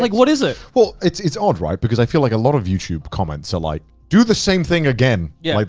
like what is it? it's it's odd, right? because i feel like a lot of youtube comments are like, do the same thing again. yeah. like